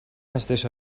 هستش